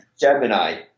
Gemini